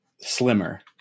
slimmer